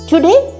Today